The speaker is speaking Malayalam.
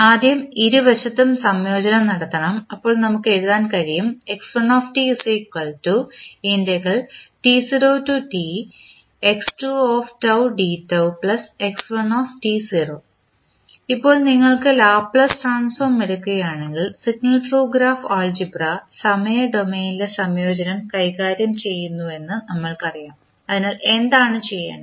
ആദ്യം ഇരുവശത്തും സംയോജനം നടത്തണം അപ്പോൾ നമുക്ക് എഴുതാൻ കഴിയും ഇപ്പോൾ നിങ്ങൾ ലാപ്ലേസ് ട്രാൻസ്ഫോം എടുക്കുകയാണെങ്കിൽ സിഗ്നൽ ഫ്ലോ ഗ്രാഫ് ആൾജിബ്ര സമയ ഡൊമെയ്നിലെ സംയോജനം കൈകാര്യം ചെയ്യുന്നുവെന്ന് നമ്മൾക്കറിയാം അതിനാൽ എന്താണ് ചെയ്യേണ്ടത്